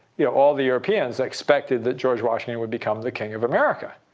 yeah all the europeans expected that george washington would become the king of america.